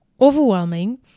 overwhelming